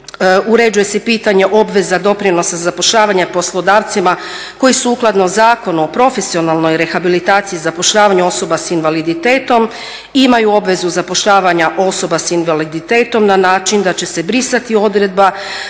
uređuje se pitanje obveza doprinosa zapošljavanja poslodavcima koji sukladno Zakonu o profesionalnoj rehabilitaciji i zapošljavanju osoba s invaliditetom imaju obvezu zapošljavanja osoba s invaliditetom na način da će se brisati odredba